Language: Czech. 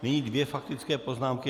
Nyní dvě faktické poznámky.